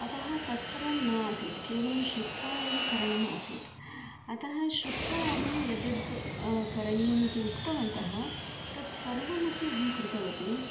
अतः तत् सर्वं न आसीत् केवलं श्रुत्वा एव करणम् आसीत् अतः श्रुत्वा अहं यद् यद् करणीयम् इति उक्तवन्तः तद् सर्वमपि अहं कृतवती